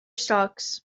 stocks